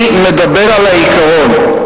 אני מדבר על העיקרון.